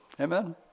amen